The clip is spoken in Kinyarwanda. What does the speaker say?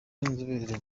w’inzobere